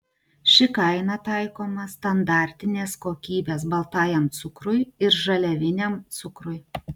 ši kaina taikoma standartinės kokybės baltajam cukrui ir žaliaviniam cukrui